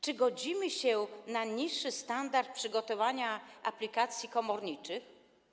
Czy godzimy się na niższy standard przygotowania aplikacji komorniczej?